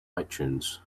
itunes